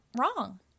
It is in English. wrong